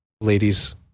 ladies